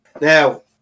Now